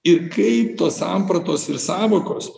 ir kaip tos sampratos ir sąvokos